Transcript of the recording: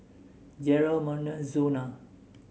Jerrel Merna Zona